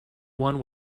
one